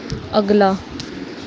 अगला